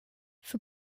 for